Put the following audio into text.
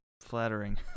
flattering